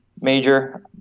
major